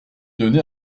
donné